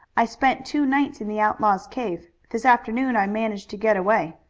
i spent two nights in the outlaws' cave. this afternoon i managed to get away.